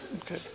okay